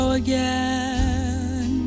again